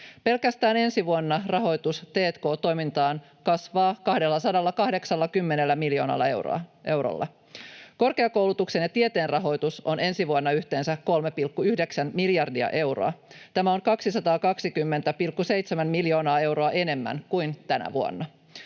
Pelkästään ensi vuonna rahoitus t&k-toimintaan kasvaa 280 miljoonalla eurolla. Korkeakoulutuksen ja tieteen rahoitus on ensi vuonna yhteensä 3,9 miljardia euroa. Tämä on 220,7 miljoonaa euroa enemmän kuin tänä vuonna.